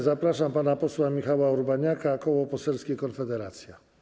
Zapraszam pana posła Michała Urbaniaka, Koło Poselskie Konfederacja.